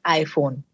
iPhone